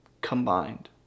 combined